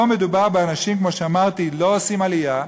פה מדובר באנשים, כמו שאמרתי, שלא עושים עלייה,